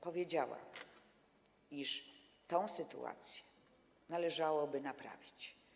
Powiedziała, iż tę sytuację należałoby naprawić.